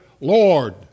Lord